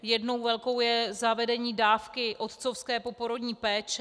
Jednou velkou je zavedení dávky otcovské poporodní péče.